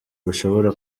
bishobora